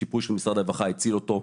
השיפוי של משרד הרווחה הציל אותו.